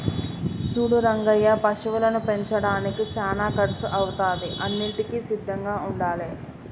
సూడు రంగయ్య పశువులను పెంచడానికి సానా కర్సు అవుతాది అన్నింటికీ సిద్ధంగా ఉండాలే